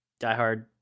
diehard